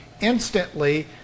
instantly